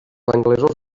anglesos